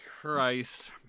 Christ